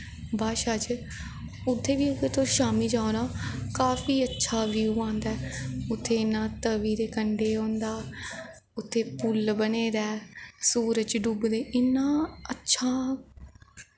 भाशा च उत्थै बी शाम्मीं जाओ ना काफी अच्छा ब्यू आंदा ऐ उत्थै इ'यां तवी दे कंढे होंदा उत्थै पुल बने दा ऐ सूरज डुब्बदे इन्ना अच्छा